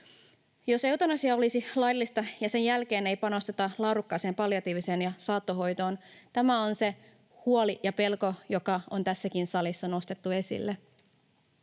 jos eutanasia olisi laillista ja sen jälkeen ei panostettaisi laadukkaaseen palliatiiviseen ja saattohoitoon, on se huoli ja pelko, joka on tässäkin salissa nostettu esille.